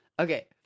Okay